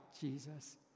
Jesus